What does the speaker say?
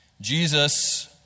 Jesus